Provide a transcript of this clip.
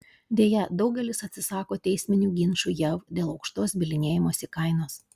deja daugelis atsisako teisminių ginčų jav dėl aukštos bylinėjimosi kainos